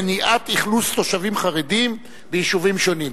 מניעת אכלוס תושבים חרדים ביישובים שונים.